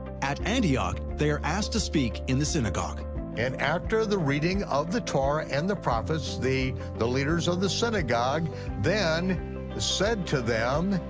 at antioch, they are asked to speak in the synagogue and after the reading of the torah and the prophets, the the leaders of the synagogue then said to them,